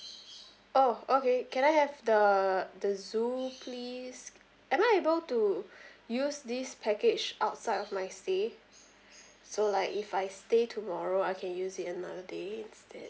oh okay can I have the the zoo please am I able to use this package outside of my stay so like if I stay tomorrow I can use it another day instead